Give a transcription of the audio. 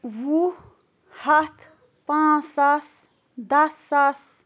وُہ ہَتھ پانٛژھ ساس دَہ ساس